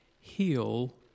heal